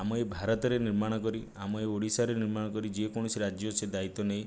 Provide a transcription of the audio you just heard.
ଆମ ଏଇ ଭାରତରେ ନିର୍ମାଣ କରି ଆମ ଏଇ ଓଡ଼ିଶାରେ ନିର୍ମାଣ କରି ଯେକୌଣସି ରାଜ୍ୟ ସେ ଦାୟିତ୍ଵ ନେଇ